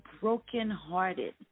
brokenhearted